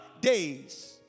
days